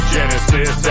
Genesis